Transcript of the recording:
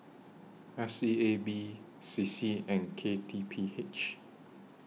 S E A B C C and K T P H